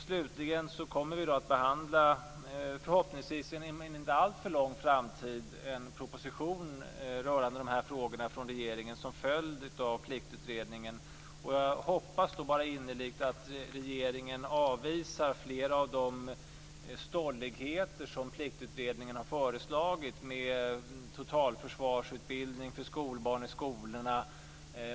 Slutligen kommer vi inom en förhoppningsvis inte alltför avlägsen framtid att behandla en proposition från regeringen rörande de här frågorna som en följd av Pliktutredningen. Jag hoppas innerligt att regeringen avvisar flera av de stolligheter som Pliktutredningen har föreslagit. Man har föreslagit totalförsvarsutbildning för skolbarn i skolorna.